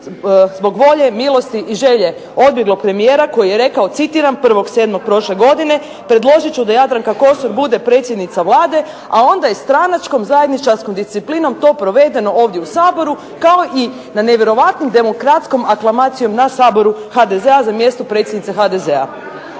zbog volje, milosti i želje odbjeglog premijera koji je rekao citiram 1.7. prošle godine: "Predložit ću da Jadranka Kosor bude predsjednica Vlade". A onda je stranačkom zajedničarskom disciplinom to provedeno ovdje u Saboru kao i na nevjerojatnom demokratskom aklamacijom na Saboru HDZ-a za mjesto predsjednice HDZ-a.